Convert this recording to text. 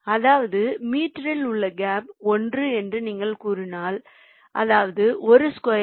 அதாவது மீட்டரில் உள்ள கேப் 1 என்று நீங்கள் கூறினால் அதாவது 1 ஸ்கொயர்